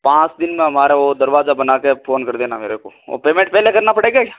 पाँच दिन में हमारा वह दरवाज़ा बना के फ़ोन कर देना मेरे को और पेमेंट पहले करना पड़ेगा क्या